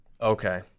Okay